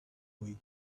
boy